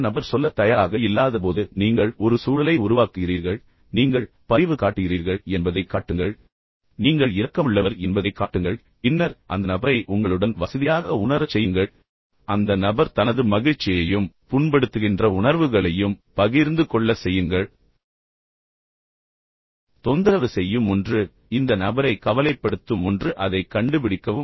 அந்த நபர் சொல்லத் தயாராக இல்லாதபோது நீங்கள் ஒரு சூழலை உருவாக்குகிறீர்கள் நீங்கள் அனுதாபம் காட்டுகிறீர்கள் என்பதைக் காட்டுங்கள் நீங்கள் பரிவு காட்டுகிறீர்கள் என்பதைக் காட்டுங்கள் நீங்கள் இரக்கமுள்ளவர் என்பதைக் காட்டுங்கள் பின்னர் அந்த நபரை உங்களுடன் வசதியாக உணரச் செய்யுங்கள் அந்த நபர் தனது மகிழ்ச்சியையும் புண்படுத்துகின்ற உணர்வுகளையும் பகிர்ந்து கொள்ள செய்யுங்கள் தொந்தரவு செய்யும் ஒன்று இந்த நபரை கவலைப்படுத்தும் ஒன்று அதை அதை கண்டுபிடிக்கவும்